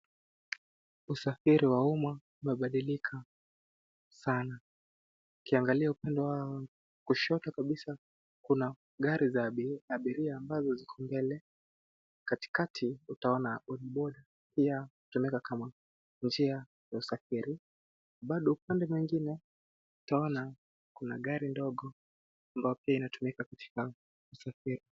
Usafiri wa umma umebadilika sana. Ukiangalia upande wa kushoto kabisa, kuna gari za abiria ambazo ziko mbele. Katikati, utaona bodaboda, pia hutumika kama njia ya usafiri. Baado upande mwingine twaona kuna gari ndogo ambayo pia inatumika katika usafiri.